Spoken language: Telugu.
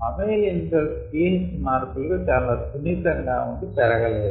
మమ్మేలియన్ సెల్స్ pH మార్పులకు చాలా సున్నితంగా ఉండి పెరగలేవు